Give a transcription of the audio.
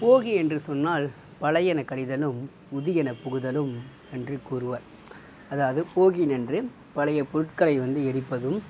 போகி என்று சொன்னால் பழையன கழிதலும் புதியன புகுதலும் என்று கூறுவர் அதாவது போகி அன்று பழைய பொருட்களை வந்து எரிப்பதும்